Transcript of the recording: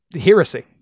heresy